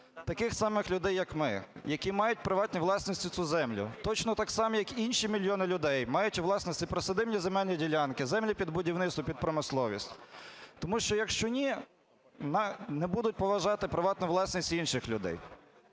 таких самих людей, як ми, які мають у приватній власності цю землю. Точно так само, як і інші мільйони людей, мають у власності присадибні земельні ділянки, землі під будівництво, під промисловість. Тому що, якщо ні, не будуть поважати приватну власність і інших людей.